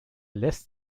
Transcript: lässt